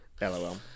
LOL